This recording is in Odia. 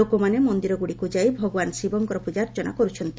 ଲୋକମାନେ ମନ୍ଦିରଗୁଡ଼ିକୁ ଯାଇ ଭଗବାନ୍ ଶିବଙ୍କର ପୂଜାର୍ଚ୍ଚନା କରୁଛନ୍ତି